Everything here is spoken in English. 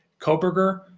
Koberger